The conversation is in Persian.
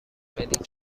خیلی